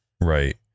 Right